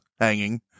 hanging